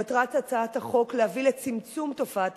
מטרת הצעת החוק היא להביא לצמצום תופעת